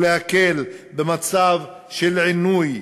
או להקל במצב של עינוי